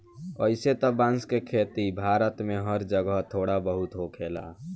अइसे त बांस के खेती भारत में हर जगह थोड़ा बहुत होखेला